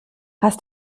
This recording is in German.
hast